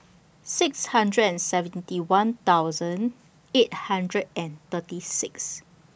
six hundred and seventy one thousand eight hundred and thirty six